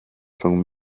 rhwng